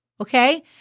okay